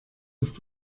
ist